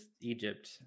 Egypt